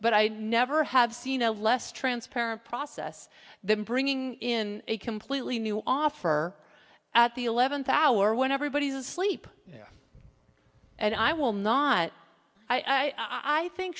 but i never have seen a less transparent process than bringing in a completely new offer at the eleventh hour when everybody is asleep and i will not i think